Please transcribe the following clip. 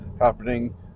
happening